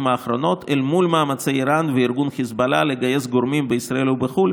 האחרונות אל מול מאמץ איראן וארגון חיזבאללה לגייס גורמים בישראל ובחו"ל